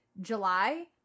July